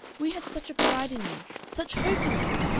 we had such a pride in you, such hope in you.